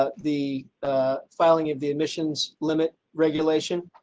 ah the ah filing of the admissions limit regulation.